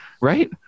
Right